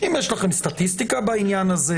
אם יש לכם סטטיסטיקה בעניין הזה,